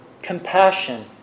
compassion